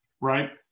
right